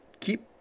keep